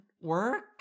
work